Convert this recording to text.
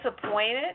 disappointed